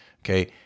okay